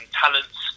talents